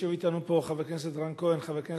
יושב אתנו חבר הכנסת לשעבר